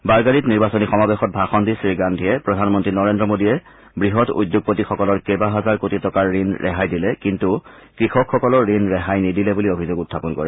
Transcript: বাৰগাৰীত নিৰ্বাচনী সমাৱেশত ভাষণ দি শ্ৰীগান্ধীয়ে প্ৰধানমন্ত্ৰী নৰেন্দ্ৰ মোডীয়ে বহং উদ্যোগপতিসকলৰ কেবাহাজাৰ কোটি টকাৰ ঋণ ৰেহাই দিলে কিন্তু কৃষকসকলৰ ঋণ ৰেহাই নিদিলে বুলি অভিযোগ উখাপন কৰে